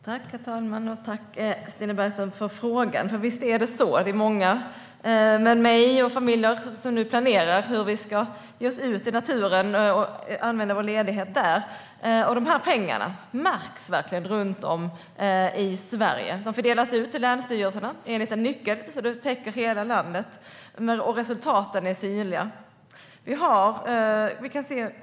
Herr talman! Tack, Stina Bergström, för frågan! Visst är det många med mig som nu planerar hur vi ska ge oss ut i naturen och använda vår ledighet där. De här pengarna märks verkligen runt om i Sverige. De fördelas till länsstyrelserna enligt en nyckel, så att pengarna täcker hela landet. Resultaten är synliga.